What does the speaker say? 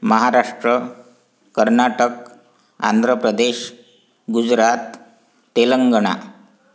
Maharashtra Karnataka Andhra Pradesh Gujarat Telangana